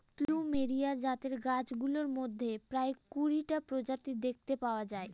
plumeria জাতের গাছগুলোর মধ্যে প্রায় কুড়িটা প্রজাতি দেখতে পাওয়া যায়